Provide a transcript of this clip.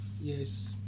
Yes